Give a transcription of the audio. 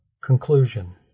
Conclusion